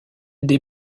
des